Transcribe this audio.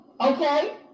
okay